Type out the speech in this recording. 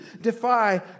defy